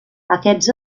aquests